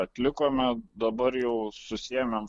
atlikome dabar jau susiėmem